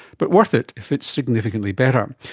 but worth it if it's significantly better.